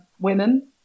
women